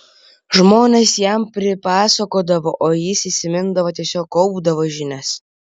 žmonės jam pasipasakodavo o jis įsimindavo tiesiog kaupdavo žinias